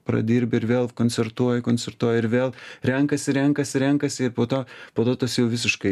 pradirbi ir vėl koncertuoji koncertuoji ir vėl renkasi renkasi renkasi ir po to po to tas jau visiškai